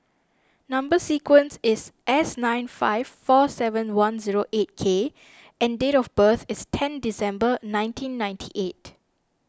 Number Sequence is S nine five four seven one zero eight K and date of birth is ten December nineteen ninety eight